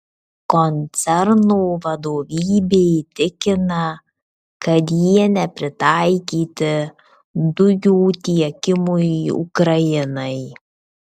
koncerno vadovybė tikina kad jie nepritaikyti dujų tiekimui ukrainai